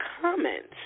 comments